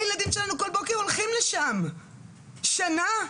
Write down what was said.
הילדים שלנו כל הזמן הולכים לשם במשך שנה,